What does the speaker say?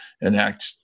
enact